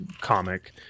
comic